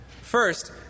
First